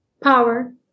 power